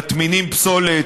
מטמינים פסולת,